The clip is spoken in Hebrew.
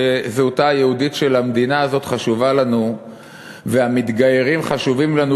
שזהותה היהודית של המדינה הזאת חשובה לנו והמתגיירים חשובים לנו,